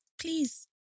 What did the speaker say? Please